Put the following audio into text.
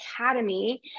Academy